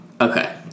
Okay